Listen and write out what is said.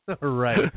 Right